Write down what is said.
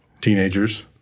teenagers